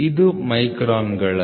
ಇದು ಮೈಕ್ರಾನ್ಗಳಲ್ಲಿ